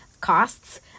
costs